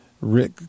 Rick